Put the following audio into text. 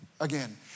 again